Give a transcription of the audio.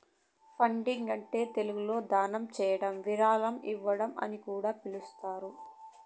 funding అంటే తెలుగులో దానం చేయడం విరాళం ఇవ్వడం అని కూడా పిలుస్తారు